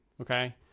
okay